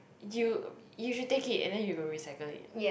you you should take it and then you go recycle it